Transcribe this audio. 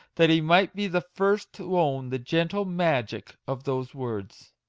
that he might be the first to own the gentle magic of those words!